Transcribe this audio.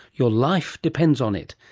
your life depends on it,